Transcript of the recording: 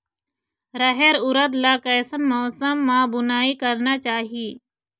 रहेर उरद ला कैसन मौसम मा बुनई करना चाही?